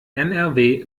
nrw